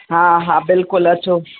हा हा बिल्कुलु अचो